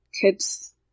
kids